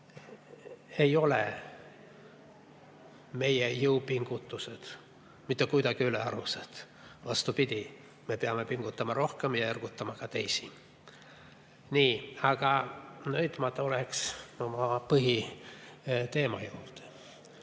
et meie jõupingutused ei ole mitte kuidagi ülearused. Vastupidi, me peame pingutama rohkem ja ergutama ka teisi. Nii, aga nüüd ma tulen oma põhiteema juurde.